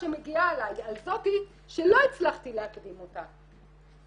שמגיעה אליי על זאת שלא הצלחתי להקדים אותה.